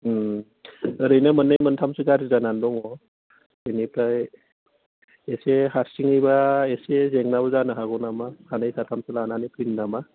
ओरैनो मोन्नै मोनथामसो गाज्रि जानानै दङ बेनिफ्राय एसे हारसिङैबा एसे जेंनाबो जानो हागौ नामा सानै साथामसो लानानै फैदो नामा